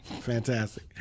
Fantastic